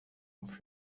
off